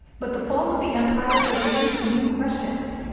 but the fall of the empire has raised new questions.